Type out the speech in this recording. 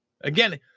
Again